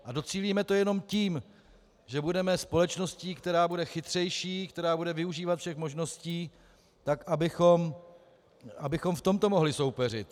A docílíme toho jenom tím, že budeme společností, která bude chytřejší, bude využívat všech možností tak, abychom v tomto mohli soupeřit.